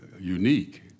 unique